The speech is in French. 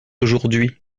aujourd’hui